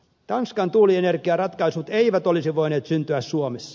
tanskan tuulienergiaratkaisut eivät olisi voineet syntyä suomessa